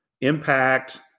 impact